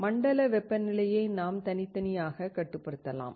மண்டல வெப்பநிலையை நாம் தனித்தனியாக கட்டுப்படுத்தலாம்